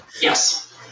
yes